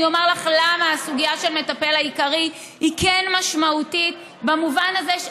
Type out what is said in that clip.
אני אומר לך למה הסוגיה של המטפל העיקרי היא כן משמעותית במובן הזה,